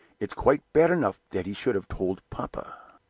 it's quite bad enough that he should have told papa.